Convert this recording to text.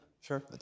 sure